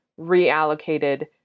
reallocated